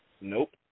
Nope